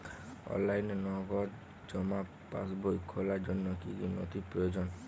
অনলাইনে নগদ জমা পাসবই খোলার জন্য কী কী নথি প্রয়োজন?